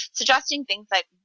suggesting things, like,